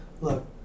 Look